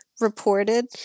reported